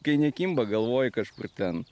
kai nekimba galvoji kažkur ten